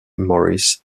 morris